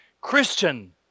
Christian